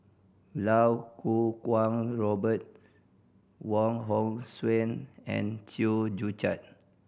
Lau Kuo Kwong Robert Wong Hong Suen and Chew Joo Chiat